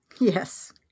Yes